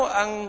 ang